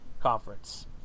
conference